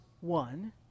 one